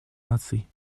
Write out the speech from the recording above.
наций